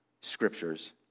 scriptures